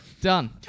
Done